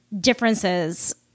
differences